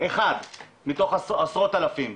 אחד מתוך עשרות אלפים.